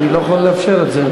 אני לא יכול לאפשר את זה.